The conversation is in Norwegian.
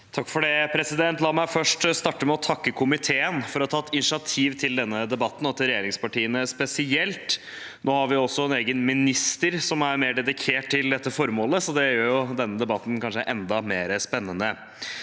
Lund (R) La meg starte med å takke komiteen for å ha tatt initiativ til denne debatten, og takk til regjeringspartiene spesielt. Nå har vi en egen ministerpost som er mer dedikert til dette formålet, og det gjør denne debatten kanskje enda mer spennende.